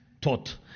taught